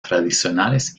tradicionales